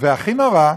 והכי נורא,